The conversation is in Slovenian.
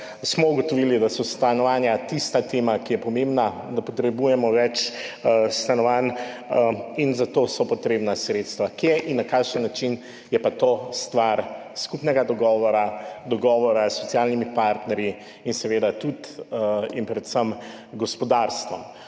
smo ugotovili, da so stanovanja tista tema, ki je pomembna, da potrebujemo več stanovanj, za to pa so potrebna sredstva. Kje in na kakšen način, je pa stvar skupnega dogovora, dogovora s socialnimi partnerji in seveda tudi in predvsem z gospodarstvom.